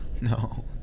No